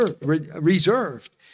reserved